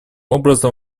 образом